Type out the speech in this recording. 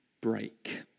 break